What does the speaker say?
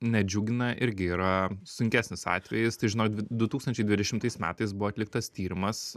nedžiugina irgi yra sunkesnis atvejis tai žinot du tūkstančiai dvidešimtais metais buvo atliktas tyrimas